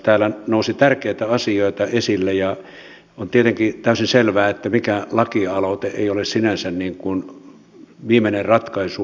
täällä nousi tärkeitä asioita esille ja on tietenkin täysin selvää että mikään lakialoite ei ole sinänsä viimeinen ratkaisu ongelmiin